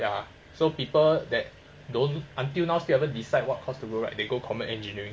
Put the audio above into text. ya so people that don't until now still haven't decide what course to go right they go common engineering